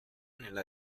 nella